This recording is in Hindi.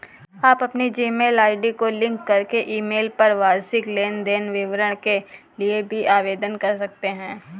आप अपनी जीमेल आई.डी को लिंक करके ईमेल पर वार्षिक लेन देन विवरण के लिए भी आवेदन कर सकते हैं